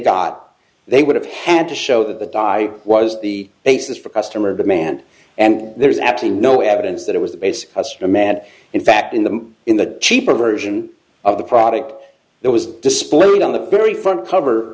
got they would have had to show that the dye was the basis for customer demand and there's actually no evidence that it was the basic astri mad in fact in the in the cheaper version of the product there was displayed on the very front cover